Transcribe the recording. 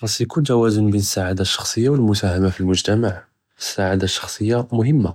ח׳אס יְכוּן תְוַאזֶן בֵּין אֶלסְּעַאדַה אֶלשַּחְסִיַּה וַאלְמֻסַאהַמַה פִי אלמֻגְ׳תַמַע, אֶלסְּעַאדַה אֶלשַּחְסִיַּה מֻהִמַּה